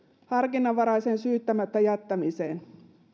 harkinnanvaraiseen syyttämättä jättämiseen